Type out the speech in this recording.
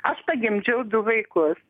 aš pagimdžiau du vaikus